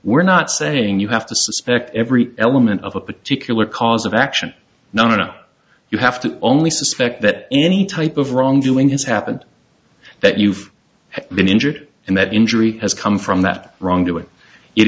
we're not saying you have to suspect every element of a particular cause of action nonna you have to only suspect that any type of wrongdoing has happened that you've been injured and that injury has come from that wrongdoing it